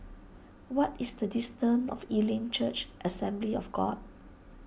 what is the distance of Elim Church Assembly of God